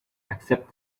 except